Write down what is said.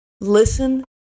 Listen